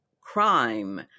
crime